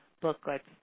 booklets